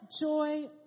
joy